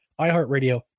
iHeartRadio